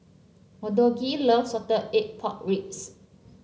melodee loves Salted Egg Pork Ribs